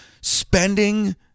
spending